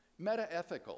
Metaethical